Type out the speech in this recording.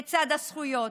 לצד הזכויות,